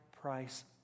price